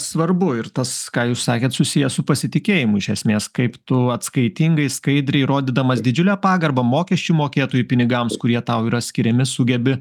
svarbu ir tas ką jūs sakėt susiję su pasitikėjimu iš esmės kaip tu atskaitingai skaidriai rodydamas didžiulę pagarbą mokesčių mokėtojų pinigams kurie tau yra skiriami sugebi